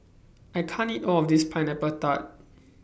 I can't eat All of This Pineapple Tart